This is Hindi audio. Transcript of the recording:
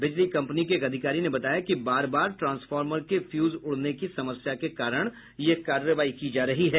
बिजली कम्पनी के एक अधिकारी ने बताया कि बार बार ट्रॉसर्फमर के फ्यूज उड़ने की समस्या के कारण यह कार्रवाई की जा रही है